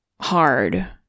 hard